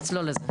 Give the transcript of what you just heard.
נצלול לזה.